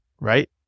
right